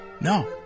No